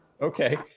Okay